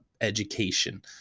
education